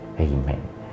Amen